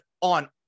on